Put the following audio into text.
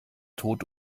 tod